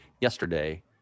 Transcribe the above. yesterday